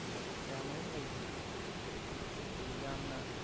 ꯀꯌꯥꯃꯔꯨꯝ ꯂꯩꯈꯔꯦ ꯑꯗꯨ ꯌꯥꯝꯅ